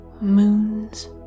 moons